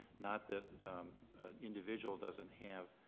not that an individual doesn't have